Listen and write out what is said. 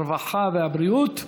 הרווחה והבריאות נתקבלה.